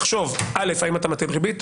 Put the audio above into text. תחשוב האם אתה מטיל ריבית,